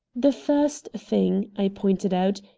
the first thing, i pointed out,